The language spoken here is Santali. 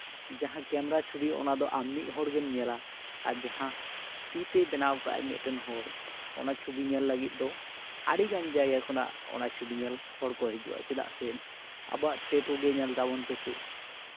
ᱡᱟᱦᱟᱸ ᱠᱮᱢᱨᱟ ᱪᱷᱚᱵᱤ ᱚᱱᱟ ᱫᱚ ᱟᱢ ᱢᱤᱫ ᱦᱚᱲᱜᱮᱢ ᱧᱮᱞᱟ ᱟᱨ ᱡᱟᱦᱟᱸ ᱛᱤᱛᱮᱭ ᱵᱮᱱᱟᱣ ᱟᱠᱟᱫᱟᱭ ᱢᱤᱫᱴᱮᱱ ᱦᱚᱲ ᱚᱱᱟ ᱪᱷᱚᱵᱤ ᱧᱮᱞ ᱞᱟᱹᱜᱤᱫ ᱫᱚ ᱟᱹᱰᱤᱜᱟᱱ ᱡᱟᱭᱜᱟ ᱠᱷᱚᱱᱟᱜ ᱚᱱᱟ ᱪᱷᱚᱵᱤ ᱧᱮᱞ ᱦᱚᱲᱠᱚ ᱦᱤᱡᱩᱜᱼᱟ ᱪᱮᱫᱟᱜ ᱥᱮ ᱟᱵᱚᱣᱟᱜ ᱴᱮᱴᱩ ᱜᱮ ᱧᱮᱞ ᱛᱟᱵᱚᱱ ᱯᱮᱥᱮ